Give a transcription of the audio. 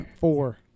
four